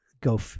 go